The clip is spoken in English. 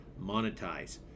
Monetize